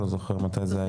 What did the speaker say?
אני לא זוכר מתי זה היה